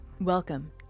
Welcome